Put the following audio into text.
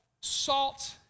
salt